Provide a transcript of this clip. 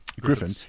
Griffin